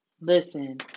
Listen